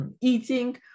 eating